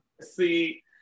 see